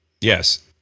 Yes